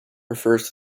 refers